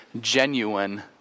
genuine